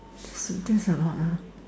that's that's a lot lah